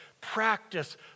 practice